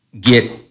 get